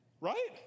Right